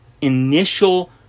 initial